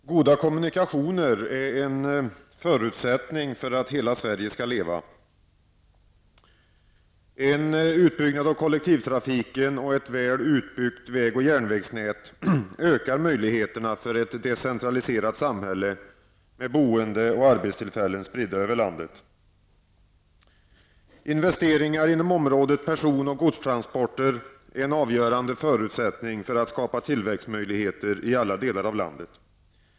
Herr talman! Goda kommunikationer är en förutsättning för att hela Sverige skall leva. En utbyggnad av kollektivtrafiken och ett väl utbyggt väg och järnvägsnät ökar möjligheterna för ett decentraliserat samhälle med boende och arbetstillfällen spridda över landet. Investeringar inom området person och godstransporter är en avgörande förutsättning för att skapa tillväxtmöjligheter i alla delar av landet.